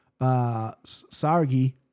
Sargi